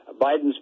Biden's